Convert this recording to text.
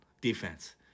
defense